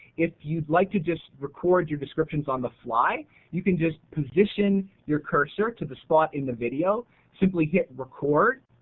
if you'd like to just record your descriptions on the fly you can just position your cursor to the spot in the video, and simply hit record.